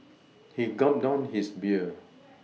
he gulped down his beer